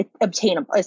obtainable